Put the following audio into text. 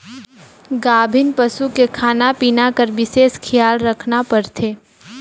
गाभिन पसू के खाना पिना कर बिसेस खियाल रखना परथे